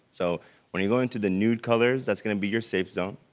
so when you go into the nude colors, that's gonna be your safe zone,